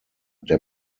der